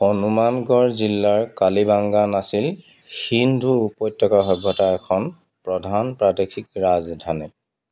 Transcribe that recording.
হনুমানগড় জিলাৰ কালিবাংগান আছিল সিন্ধু উপত্যকা সভ্যতাৰ এখন প্ৰধান প্ৰাদেশিক ৰাজধানী